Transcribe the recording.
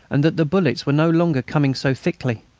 and that the bullets were no longer coming so thickly.